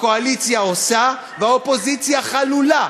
הקואליציה עושה, והאופוזיציה חלולה.